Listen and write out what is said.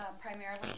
primarily